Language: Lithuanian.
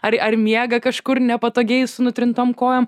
ar ar miega kažkur nepatogiai su nutrintom kojom